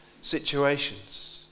situations